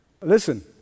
Listen